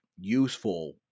useful